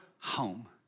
home